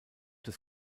des